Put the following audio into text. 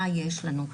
מה יש לנו,